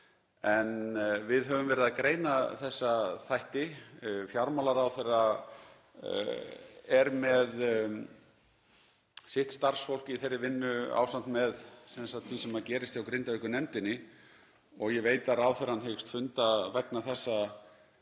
en við höfum verið að greina þessa þætti. Fjármálaráðherra er með sitt starfsfólk í þeirri vinnu ásamt með því sem gerist hjá Grindavíkurnefndinni. Ég veit að ráðherrann hyggst funda vegna þessa